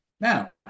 Now